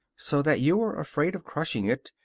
so that you were afraid of crushing it,